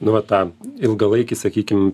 nu va tą ilgalaikį sakykim